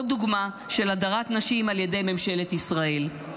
עוד דוגמה של הדרת נשים על ידי ממשלת ישראל.